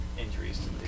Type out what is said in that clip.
injuries